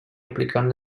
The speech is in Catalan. aplicant